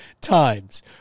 times